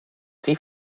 gris